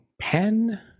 pen